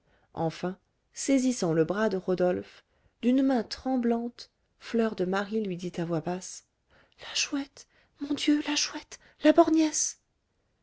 enfin saisissant le bras de rodolphe d'une main tremblante fleur de marie lui dit à voix basse la chouette mon dieu la chouette la